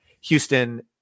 Houston –